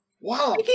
wow